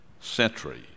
century